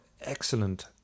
excellent